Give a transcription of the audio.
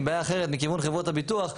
היא בעיה אחרת מכיוון חברות הביטוח,